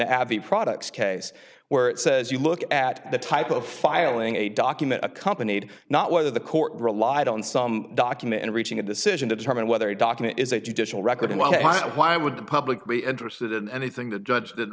the abbey products case where it says you look at the type of filing a document accompanied not whether the court relied on some document and reaching a decision to determine whether a document is a traditional record and why would the public be interested in anything the judge did